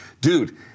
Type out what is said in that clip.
dude